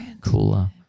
cooler